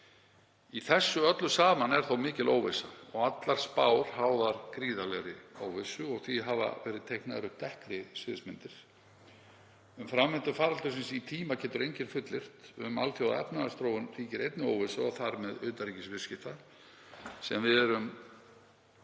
Í þessu öllu saman er þó mikil óvissa og allar spár háðar gríðarlegri óvissu og því hafa verið teiknaðar upp dekkri sviðsmyndir. Um framvindu faraldursins í tíma getur enginn fullyrt, um alþjóðlega efnahagsþróun ríkir einnig óvissa og þar með utanríkisviðskipti, sem við erum